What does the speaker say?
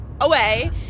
away